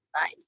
Right